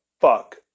fuck